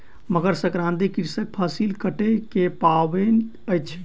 मकर संक्रांति कृषकक फसिल कटै के पाबैन अछि